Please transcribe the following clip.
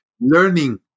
learning